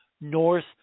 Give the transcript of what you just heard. north